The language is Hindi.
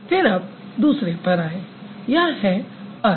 फिर अब दूसरे पर आयें यह है अर